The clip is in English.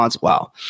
Wow